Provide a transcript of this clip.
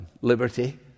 liberty